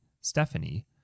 stephanie